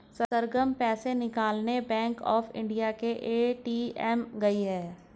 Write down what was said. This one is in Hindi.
सरगम पैसे निकालने बैंक ऑफ इंडिया के ए.टी.एम गई है